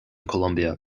colombia